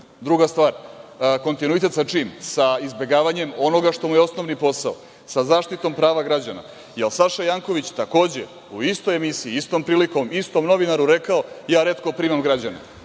može. Druga stvar, kontinuitet sa čim? Sa izbegavanjem onoga što mu je osnovni posao, sa zaštitom prava građana, jer Saša Janković takođe, u istoj emisiji, istom prilikom, istom novinaru rekao – ja retko primam građane.